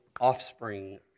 offspring